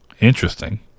Interesting